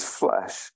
flesh